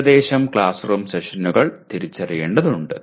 ഏകദേശം class room സെഷനുകൾ തിരിച്ചറിയേണ്ടതുണ്ട്